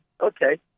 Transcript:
okay